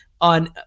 on